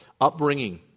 upbringing